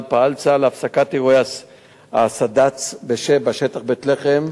פעל צה"ל להפסקת אירועי הסד"צ בשטח בית-לחם,